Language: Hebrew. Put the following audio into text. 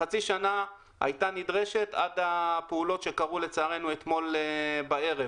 חצי שנה הייתה נדרשת עד הפעולות שקרו לצערנו אתמול בערב.